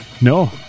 No